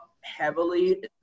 heavily